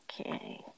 Okay